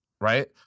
Right